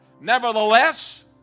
Nevertheless